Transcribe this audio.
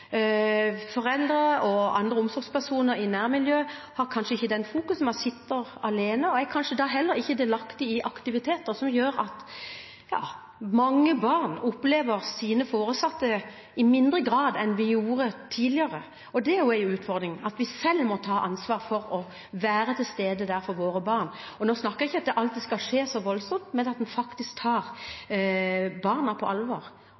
Foreldre og andre omsorgspersoner i nærmiljøet har kanskje ikke det fokuset. Man sitter alene og er kanskje ikke delaktig i aktiviteter, noe som gjør at mange barn opplever sine foresatte i mindre grad enn vi gjorde tidligere. Det er en utfordring at vi selv må ta ansvar for å være til stede for våre barn. Nå snakker jeg ikke om at det skal skje så voldsomt, men at en faktisk tar barna på alvor